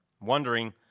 wondering